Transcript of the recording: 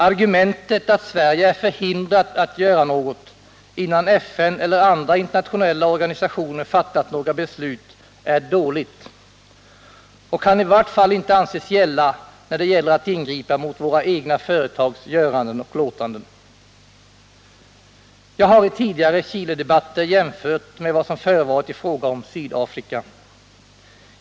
Argumentet att Sverige är förhindrat att göra något, innan FN eller andra internationella organisationer fattat några beslut, är dåligt och kan i vart fall inte anses gälla när det gäller att ingripa mot våra egna företags göranden och låtanden. Jag har i tidigare Chiledebatter gjort jämförelser med vad som förevarit i fråga om Sydafrika.